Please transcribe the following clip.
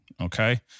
Okay